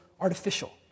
artificial